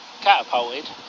catapulted